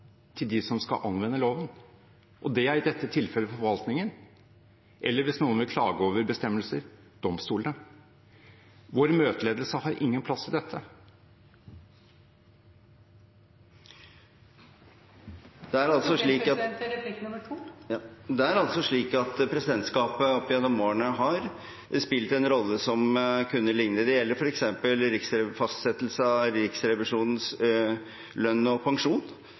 til dem som skal anvende loven. Det er i dette tilfellet forvaltningen eller, hvis noen vil klage over bestemmelser, domstolene. Vår møteledelse har ingen plass i dette. Stortingspresident Olemic Thommessen til replikk nr. 2. Det er altså slik at presidentskapet opp gjennom årene har spilt en rolle som kunne ligne. Det gjelder f.eks. fastsettelse av Riksrevisjonens lønn og pensjon,